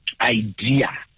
idea